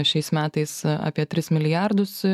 šiais metais apie tris milijardus